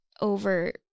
over